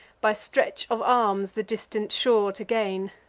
by stretch of arms the distant shore to gain.